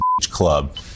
club